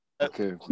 Okay